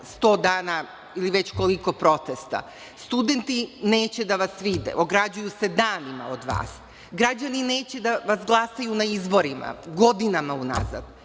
100 dana ili već koliko protesta, studenti neće da vas vide, ograđuju se danima od vas, građani neće da vas glasaju na izborima godinama unazad